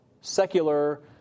secular